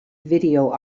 video